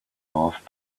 off